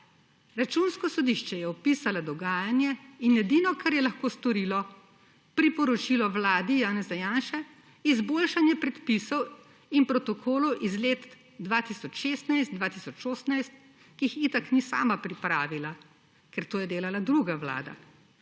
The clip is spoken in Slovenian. Računsko sodišče je opisalo dogajanje in edino, kar je lahko storilo, je, da je priporočilo vladi Janeza Janše izboljšanje predpisov in protokolov iz let 2016–2018, ki jih itak ni sama pripravila, ker je to delala druga vlada,